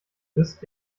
ist